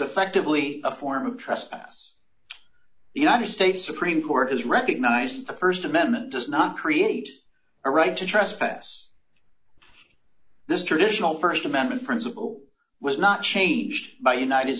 effectively a form of trespass the united states supreme court has recognized the st amendment does not create a right to trespass this traditional st amendment principle was not changed by united